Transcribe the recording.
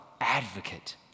advocate